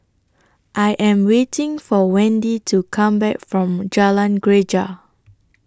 I Am waiting For Wendi to Come Back from Jalan Greja